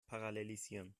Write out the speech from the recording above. parallelisieren